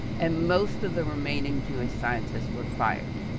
and, most of the remaining jewish scientists were fired.